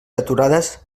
aturades